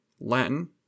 Latin